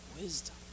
wisdom